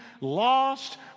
lost